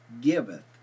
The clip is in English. giveth